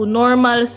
normal